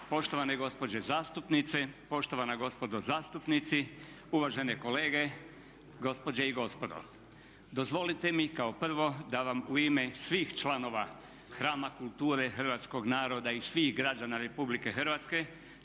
poštovane gospođe zastupnice, poštovana gospodo zastupnici, uvažene kolege gospođe i gospodo. Dozvolite mi kao prvo da vam u ime svih članova hrama kulture hrvatskog naroda i svih građana Republike Hrvatske,